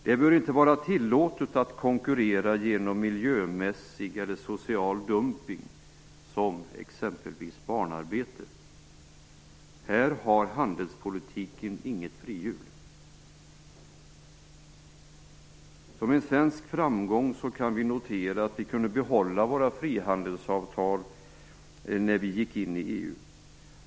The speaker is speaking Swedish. Det bör inte vara tillåtet att konkurrera genom miljömässig eller social dumpning såsom genom t.ex. barnarbete. Här har handelspolitiken inget "frihjul". Som en svensk framgång kan vi notera att vi kunde behålla våra frihandelsavtal när vi gick in i EU.